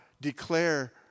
declare